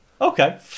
Okay